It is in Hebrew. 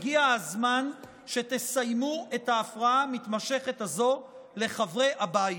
הגיע הזמן שתסיימו את ההפרעה המתמשכת הזו לחברי הבית.